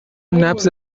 نبض